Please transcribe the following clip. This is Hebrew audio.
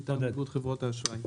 מטעם איגוד חברות האשראי.